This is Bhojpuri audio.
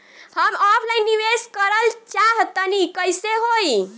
हम ऑफलाइन निवेस करलऽ चाह तनि कइसे होई?